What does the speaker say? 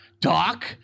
Doc